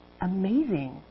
amazing